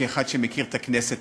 כאחד שמכיר את הכנסת,